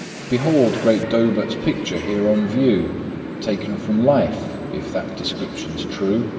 behold great daubert's picture here on view taken from life. if that description's true,